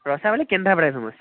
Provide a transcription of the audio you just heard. rasabali Kendrapara famous